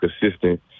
consistent